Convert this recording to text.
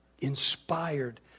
inspired